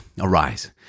Arise